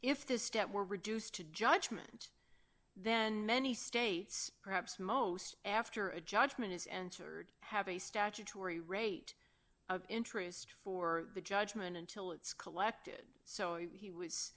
if this step were reduced to judgment then many states perhaps most after a judgment is entered have a statutory rate of interest for the judgment until it's collected so he was